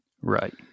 right